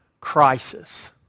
crisis